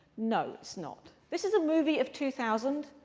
no, it's not. this is a movie of two thousand,